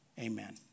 Amen